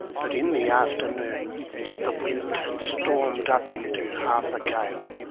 but in the afternoon the wind had stormed up into half a gale,